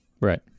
Right